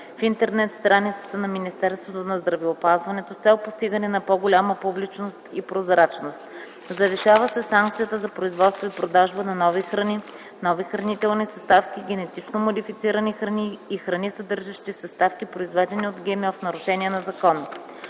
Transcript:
в интернет-страницата на Министерството на здравеопазването, с цел постигане на по-голяма публичност и прозрачност. Завишава се санкцията за производство и продажба на нови храни, нови хранители съставки, генетично модифицирана храни и храни, съдържащи съставки, произведени от ГМО в нарушение на закона.